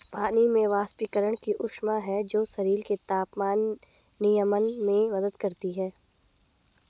पानी में वाष्पीकरण की ऊष्मा है जो शरीर के तापमान नियमन में मदद करती है